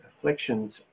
afflictions